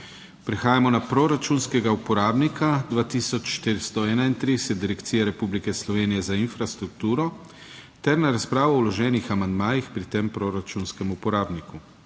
Prehajamo na proračunskega uporabnika 2431, Direkcija Republike Slovenije za infrastrukturo ter na razpravo o vloženih amandmajih pri tem proračunskem uporabniku.